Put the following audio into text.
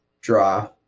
draw